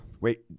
Wait